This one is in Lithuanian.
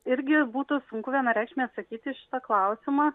irgi būtų sunku vienareikšmiai atsakyti į šitą klausimą